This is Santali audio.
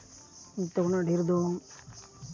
ᱡᱚᱛᱚᱠᱷᱚᱱᱟᱜ ᱰᱷᱮᱨ ᱫᱚ